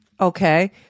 Okay